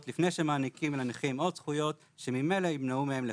לפני שמעניקים לנכים עוד זכויות שממילא ימנעו מהם לקבל.